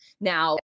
Now